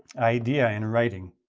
idea in writing.